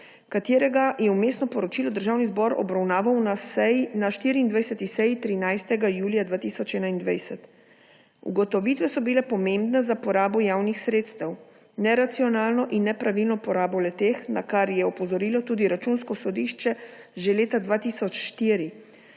Gorica. Vmesno poročilo je Državni zbor obravnaval na 24. seji 13. julija 2021. Ugotovitve so bile pomembne za porabo javnih sredstev, neracionalno in nepravilno porabo le-teh, na kar je opozorilo tudi Računsko sodišče že leta 2004.